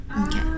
okay